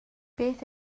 beth